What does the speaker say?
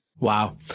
Wow